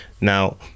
Now